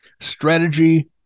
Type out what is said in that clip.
Strategy